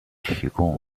提供